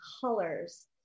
colors